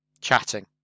chatting